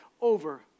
over